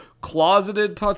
closeted